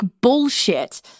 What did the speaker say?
bullshit